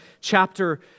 chapter